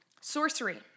sorcery